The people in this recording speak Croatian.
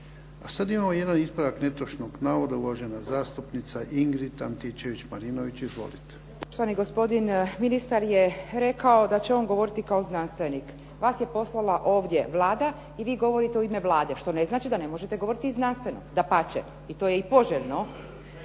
A sada imamo jedan ispravak netočnog navoda, uvažena zastupnica Ingrid Antičević-Marinović. Izvolite. **Antičević Marinović, Ingrid (SDP)** Štovani gospodin ministar je rekao da će on govoriti kao znanstvenik. Vas je poslala ovdje Vlada i vi govorite u ime Vlade, što ne znači da ne možete govoriti i znanstveno, dapače i to je i poželjno.